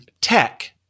tech